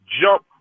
jump